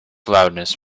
loudness